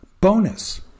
Bonus